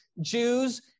Jews